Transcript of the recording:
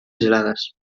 gelades